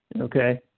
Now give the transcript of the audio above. Okay